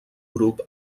grup